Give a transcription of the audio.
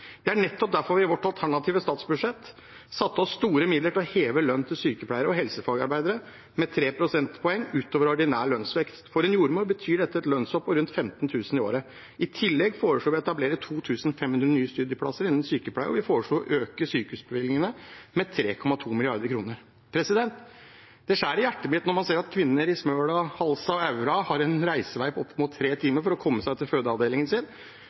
Det er nettopp derfor vi i vårt alternative statsbudsjett satte av store midler til å heve lønnen til sykepleiere og helsefagarbeidere med 3 prosentpoeng utover ordinær lønnsvekst. For en jordmor betyr det et lønnshopp på rundt 15 000 kr i året. I tillegg foreslår vi å etablere 2 500 nye studieplasser innen sykepleie, og vi foreslår å øke sykehusbevilgningene med 3,2 mrd. kr. Det skjærer meg i hjertet å se at kvinner i Smøla, Halsa og Aura har en reisevei på opp mot tre timer for å komme seg til fødeavdelingen sin,